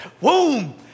boom